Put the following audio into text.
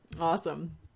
awesome